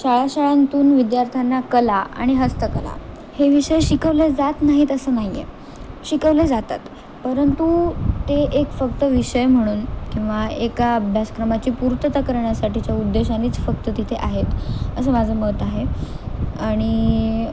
शाळा शाळांतून विद्यार्थ्यांना कला आणि हस्तकला हे विषय शिकवले जात नाहीत असं नाही आहे शिकवले जातात परंतु ते एक फक्त विषय म्हणून किंवा एका अभ्यासक्रमाची पूर्तता करण्यासाठीच्या उद्देशानेच फक्त तिथे आहेत असं माझं मत आहे आणि